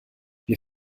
wir